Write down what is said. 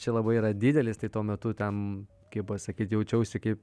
čia labai yra didelis tai tuo metu ten kaip pasakyt jaučiausi kaip